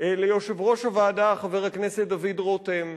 ליושב-ראש הוועדה חבר הכנסת דוד רותם.